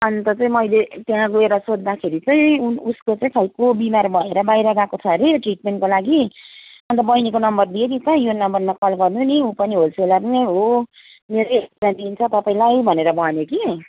अन्त चाहिँ मैले त्यहाँ गएर सोध्दाखेरि चाहिँ उन उसको चाहिँ खै को बिमारी भएर बाहिर गएको छ अरे ट्रिटमेनको लागि अन्त बैनीको नम्बर दियो नि त यो नम्बरमा कल गर्नु नि ऊ पनि होलसेलर नै हो रेटमा दिन्छ तपाईँलाई भनेर भन्यो कि